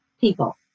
people